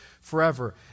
forever